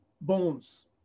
bones